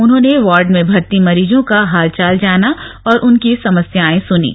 उन्होंने वॉर्ड में भर्ती मरीजों का हालचाल जाना और उनकी समस्याएं सुनीं